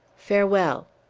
farewell!